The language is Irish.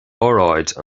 óráid